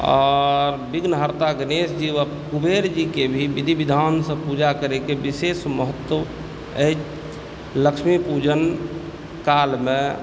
आ विघ्नहर्ता गणेशजी आओर कुबेरजीकेँ भी विधि विधानसँ पुजा करयके विशेष महत्व अछि लक्ष्मी पूजन कालमे